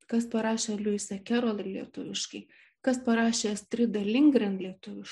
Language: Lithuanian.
kas parašė luisą kerolį dar lietuviškai kas parašė astridą lindgren lietuviškai